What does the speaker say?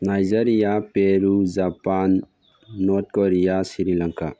Nigeria Peru Japan North Korea sri Lanka